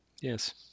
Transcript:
Yes